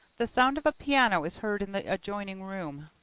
the sound of a piano is heard in the adjoining room.